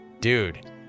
dude